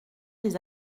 des